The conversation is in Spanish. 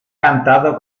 cantado